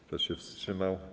Kto się wstrzymał?